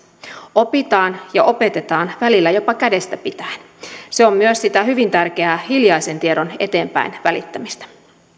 opitaan ja opetetaan välillä jopa kädestä pitäen se on myös sitä hyvin tärkeää hiljaisen tiedon eteenpäin välittämistä